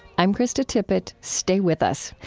i'm krista tippett. stay with us.